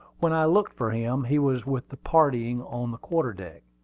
when i looked for him, he was with the party on the quarter-deck.